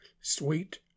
Sweet